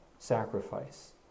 Sacrifice